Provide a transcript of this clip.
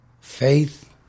faith